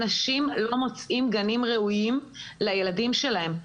אנשים לא מוצאים גנים ראויים לילדים שלהם.